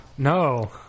No